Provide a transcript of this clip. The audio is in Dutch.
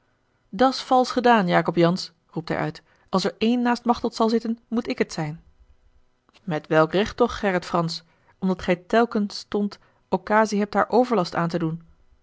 gejubel dat's valsch gedaan jacob jansz roept hij uit als er een naast machteld zal zitten moet ik het zijn met welk recht toch gerrit fransz omdat gij telken stond occasie hebt haar overlast aan te doen